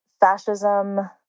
fascism